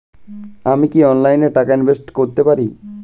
আমি কি অনলাইনে টাকা ইনভেস্ট করতে পারবো?